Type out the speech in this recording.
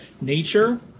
nature –